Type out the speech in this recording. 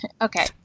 Okay